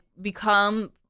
become